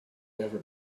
never